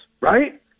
right